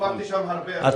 הופעתי שם הרבה, אדוני.